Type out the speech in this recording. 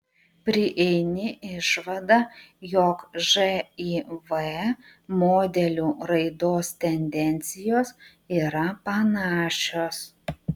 prieini išvadą jog živ modelių raidos tendencijos yra panašios